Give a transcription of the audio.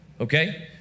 Okay